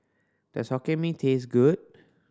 does Hokkien Mee taste good